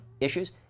issues